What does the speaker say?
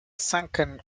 sunken